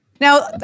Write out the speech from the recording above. Now